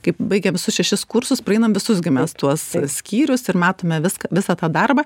kaip baigėm visus šešis kursus praeinam visus gi mes tuos skyrius ir matome viską visą tą darbą